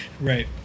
right